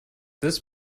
this